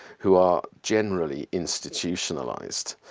who are generally institutionalized.